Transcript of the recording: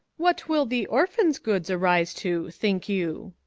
what will the orphan's goods arise to, think you?